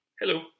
Hello